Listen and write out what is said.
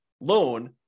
loan